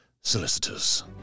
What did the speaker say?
Solicitors